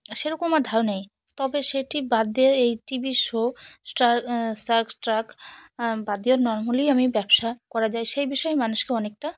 সেরকম আমার ধারণা নেই তবে সেটি বাদ দিয়ে এই টি ভি শো স্টা শার্ক ট্যাঙ্ক বাদ দিয়ে নর্মালি আমি ব্যবসা করা যায় সেই বিষয়ে মানুষকে অনেকটা